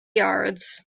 yards